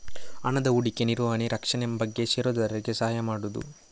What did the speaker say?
ಹಣದ ಹೂಡಿಕೆ, ನಿರ್ವಹಣೆ, ರಕ್ಷಣೆ ಬಗ್ಗೆ ಷೇರುದಾರರಿಗೆ ಸಹಾಯ ಮಾಡುದು